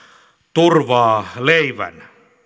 turvaa leivän